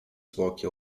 zwłoki